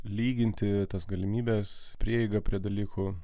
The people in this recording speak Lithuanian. lyginti tas galimybes prieigą prie dalykų